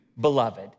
beloved